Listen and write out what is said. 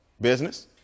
Business